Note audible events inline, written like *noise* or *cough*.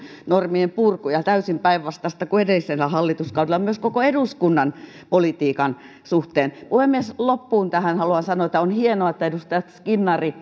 normien purku ja täysin päinvastaista kuin edellisellä hallituskaudella myös koko eduskunnan politiikan suhteen puhemies tähän loppuun haluan sanoa että on hienoa että edustajat skinnari *unintelligible*